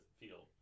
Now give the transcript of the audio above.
feel